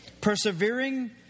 Persevering